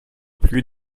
plus